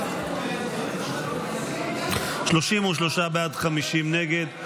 33 בעד, 50 נגד.